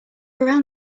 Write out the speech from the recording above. around